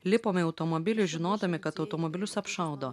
lipome į automobilį žinodami kad automobilius apšaudo